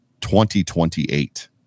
2028